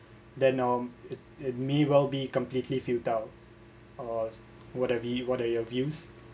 then um it it may well be completely futile uh what are we what are your views